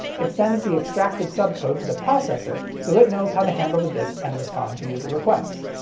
it sends the extracted subcode to the processor so it knows how to handle the disc and respond to user requests.